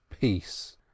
peace